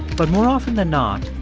but more often than not,